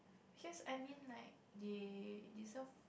cause I mean like they dissolve